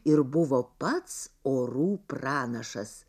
ir buvo pats orų pranašas